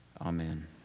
Amen